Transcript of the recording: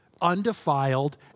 undefiled